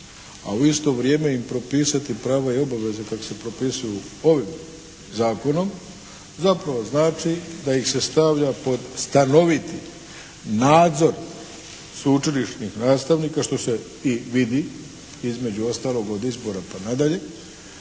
a u isto vrijeme im propisati prava i obaveze koja se propisuju ovim zakonom zapravo znači da ih se stavlja pod stanoviti nadzor sveučilišnih nastavnika što se i vidi, između ostalog, od izbora pa nadalje